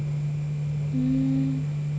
mm